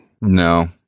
No